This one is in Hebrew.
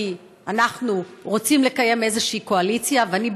כי אנחנו רוצים לקיים איזושהי קואליציה ואני,